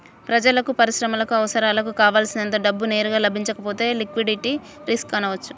ప్రజలకు, పరిశ్రమలకు అవసరాలకు కావల్సినంత డబ్బు నేరుగా లభించకపోతే లిక్విడిటీ రిస్క్ అనవచ్చు